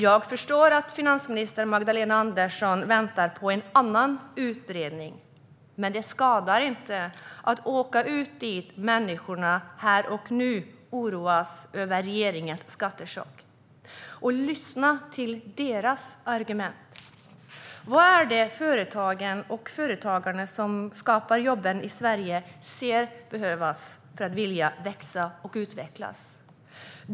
Jag förstår att finansminister Magdalena Andersson väntar på en annan utredning, men det skadar inte att åka dit där människor oroas här och nu över regeringens skattechock och lyssna till deras argument. Vad behöver företagen och företagarna som skapar jobben i Sverige för att vilja växa och utvecklas?